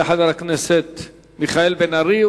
יעלה חבר הכנסת מיכאל בן-ארי,